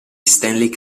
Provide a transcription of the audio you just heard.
stanley